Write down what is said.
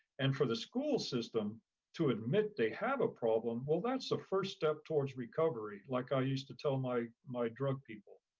and for the school system to admit they have a problem, well, that's the first step towards recovery like i used to my my drug people.